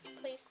Please